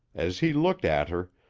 as he looked at her,